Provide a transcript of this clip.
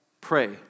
pray